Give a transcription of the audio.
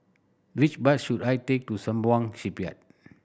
which bus should I take to Sembawang Shipyard